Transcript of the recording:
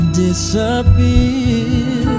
disappear